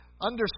understand